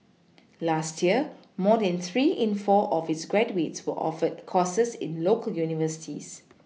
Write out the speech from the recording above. last year more than three in four of its graduates were offered courses in local universities